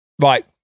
Right